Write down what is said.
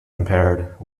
impaired